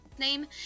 name